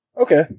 Okay